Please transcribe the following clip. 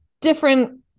different